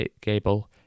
Gable